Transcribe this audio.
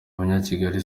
abanyakigali